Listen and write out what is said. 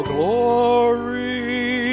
glory